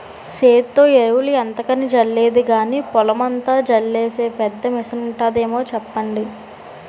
సేత్తో ఎరువులు ఎంతకని జల్లేది గానీ, పొలమంతా జల్లీసే పెద్ద మిసనుంటాదేమో సెప్పండి?